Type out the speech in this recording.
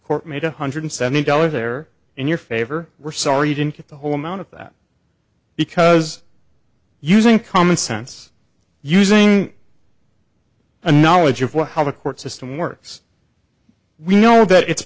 court made one hundred seventy dollars there in your favor we're sorry you didn't get the whole amount of that because using common sense using a knowledge of what how the court system works we know that it's